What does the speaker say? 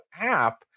app